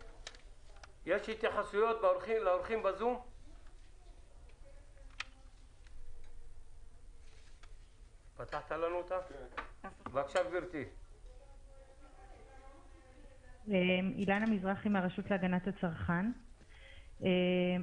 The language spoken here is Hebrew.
2020)".